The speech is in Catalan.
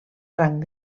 rang